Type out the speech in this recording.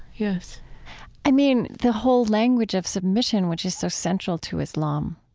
yes i mean, the whole language of submission, which is so central to islam,